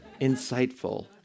insightful